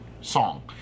song